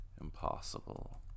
Impossible